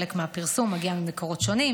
חלק מהפרסום מגיע ממקורות שונים,